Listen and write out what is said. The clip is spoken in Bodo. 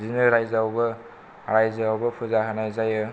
बिदिनो रायजोआवबो रायजोआवबो पुजा होनाय जायो